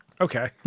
Okay